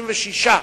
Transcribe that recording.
166)